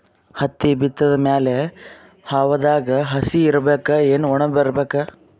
ಹತ್ತಿ ಬಿತ್ತದ ಮ್ಯಾಲ ಹವಾದಾಗ ಹಸಿ ಇರಬೇಕಾ, ಏನ್ ಒಣಇರಬೇಕ?